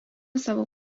savo